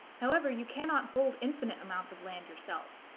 however, you cannot hold infinite amounts of land yourself.